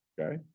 Okay